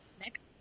next